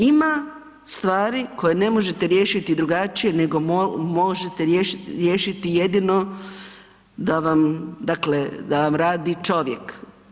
Ima stvari koje ne možete riješiti drugačije nego možete riješiti jedino da vam, dakle, da vam radi čovjek.